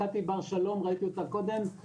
קטי בר שלום ראיתי אותה קודם,